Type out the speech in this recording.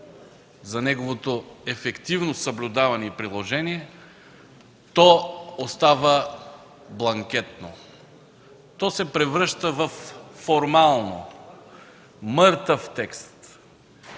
за неговото ефективно съблюдаване и приложение, то остава бланкетно, превръща се във формално право, мъртъв текст.